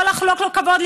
לא לחלוק לו כבוד,